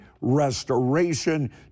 restoration